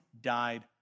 died